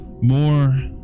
more